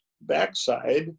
backside